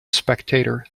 spectator